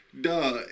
Duh